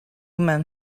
men